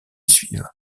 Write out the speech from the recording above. suivent